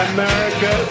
America